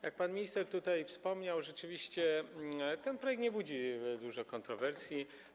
Jak pan minister tutaj wspomniał, rzeczywiście ten projekt nie budzi dużo kontrowersji.